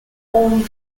form